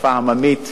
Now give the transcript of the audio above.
שפה עממית,